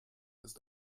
ist